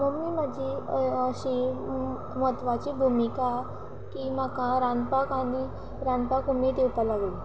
mummy म्हजी अशी म्हत्वाची भुमिका की म्हाका रांदपाक आनी रांदपाक उमेद येवपा लागली